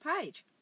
page